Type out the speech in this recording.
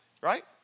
right